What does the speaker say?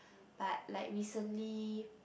but like recently